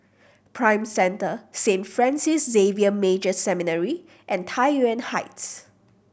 Prime Centre Saint Francis Xavier Major Seminary and Tai Yuan Heights